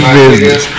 business